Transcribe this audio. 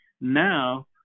now